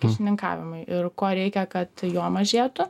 kyšininkavimui ir ko reikia kad jo mažėtų